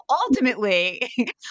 ultimately